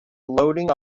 unloading